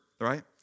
Right